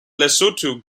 lesotho